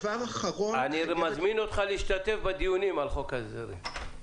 אני מזמין אותך להשתתף בדיונים על חוק ההסדרים.